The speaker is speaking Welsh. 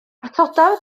atodaf